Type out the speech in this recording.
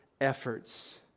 efforts